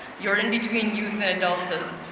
you're in between youth and adulthood.